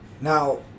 Now